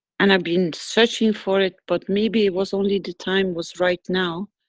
and i've been searching for it, but maybe it was only the time was right now,